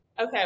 Okay